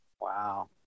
wow